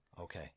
okay